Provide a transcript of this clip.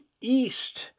east